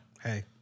Hey